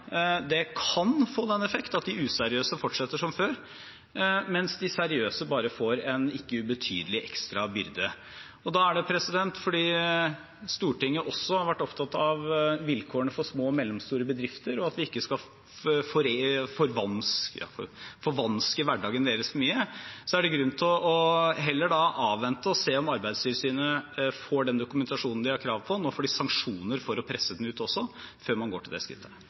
Det å innføre et slikt krav kan få den effekt at de useriøse fortsetter som før, mens de seriøse bare får en ikke ubetydelig ekstra byrde. Fordi Stortinget også har vært opptatt av vilkårene for små og mellomstore bedrifter og at vi ikke skal forvanske hverdagen deres for mye, er det heller grunn til å avvente og se om Arbeidstilsynet får den dokumentasjonen de har krav på, når de nå også får sanksjoner for å presse den ut, før man går til det skrittet.